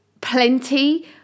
plenty